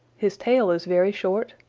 his tail is very short,